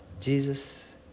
Jesus